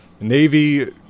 Navy